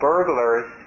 Burglars